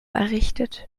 errichtet